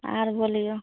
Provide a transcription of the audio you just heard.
आओर बोलिऔ